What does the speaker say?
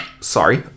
sorry